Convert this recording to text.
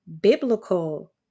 biblical